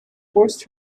forced